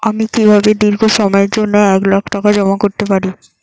আমি কিভাবে দীর্ঘ সময়ের জন্য এক লাখ টাকা জমা করতে পারি?